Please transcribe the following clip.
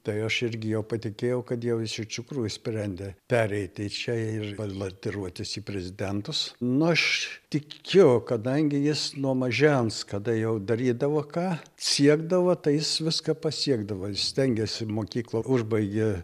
tai aš irgi jau patikėjau kad jau jis iš tikrųjų sprendė pereiti čia ir balatiruotis į prezidentus nu aš tikiu kadangi jis nuo mažens kada jau darydavo ką siekdavo tai jis viską pasiekdavo stengėsi mokyklą užbaigė